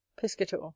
Piscator